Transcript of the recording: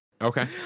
Okay